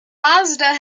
mazda